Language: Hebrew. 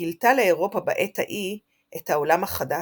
גילתה לאירופה בעת ההיא את "העולם החדש",